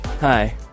Hi